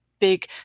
big